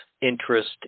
interest